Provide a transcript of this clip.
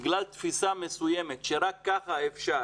בגלל תפיסה מסוימת שרק כך אפשר